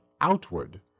outward